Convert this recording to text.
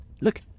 Look